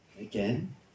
again